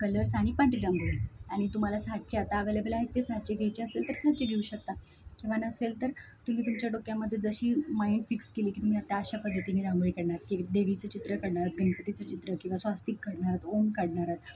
colours आणि पांढरी रांगोळी आणि तुम्हाला साचे आता अवेलेबल आहेत ते साचे घ्यायचे असेल तर साचे घेऊ शकता किंवा नसेल तर तुम्ही तुमच्या डोक्याममध्ये जशी माईंड फिक्स केली की तुम्ही आता अशा पद्धतीने रांगोळी काढणार की देवीचं चित्र काढणार गणपतीच चित्र किंवा स्वस्तिक काढणार ओम काढणार आहात